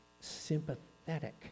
sympathetic